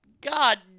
God